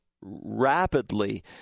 rapidly